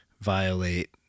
violate